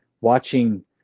Watching